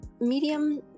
medium